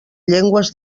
llengües